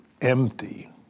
empty